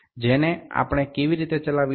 તેને આપણે કેવી રીતે ચલાવીશું